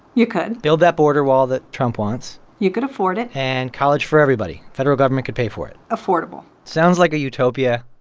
you could build that border wall that trump wants? you could afford it and college for everybody? federal government could pay for it affordable sounds like a utopia.